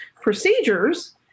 procedures